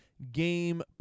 game